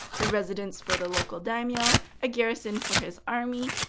the residence for the local daimyo, a garrison for his army,